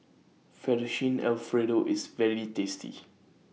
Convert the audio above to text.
Fettuccine Alfredo IS very tasty